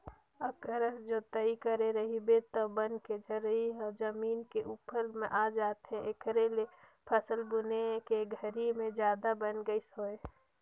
अकरस जोतई करे रहिबे त बन के जरई ह जमीन के उप्पर म आ जाथे, एखरे ले फसल बुने के घरी में जादा बन नइ होय